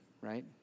right